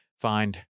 find